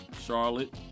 Charlotte